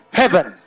heaven